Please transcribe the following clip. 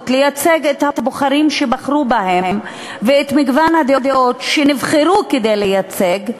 לייצג את הבוחרים שבחרו בהם ואת מגוון הדעות שנבחרו כדי לייצג,